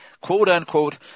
quote-unquote